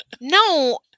No